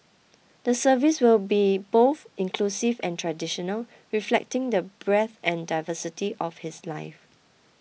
the service will be both inclusive and traditional reflecting the breadth and diversity of his life